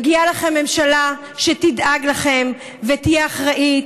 מגיעה לכם ממשלה שתדאג לכם ותהיה אחראית,